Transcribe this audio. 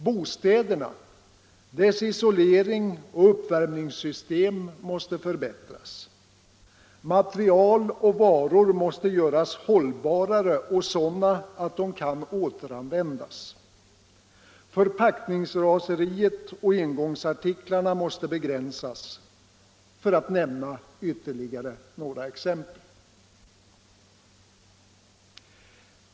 Bostäderna, deras isolering och uppvärmningssystem måste förbättras, material och varor måste göras hållbarare och sådana att de kan återanvändas, förpackningsraseriet och engångsartiklarna måste begränsas, för att nämna ytterligare några exempel.